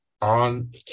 on